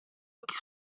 occhi